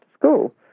school